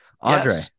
Andre